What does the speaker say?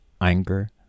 Anger